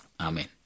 Amen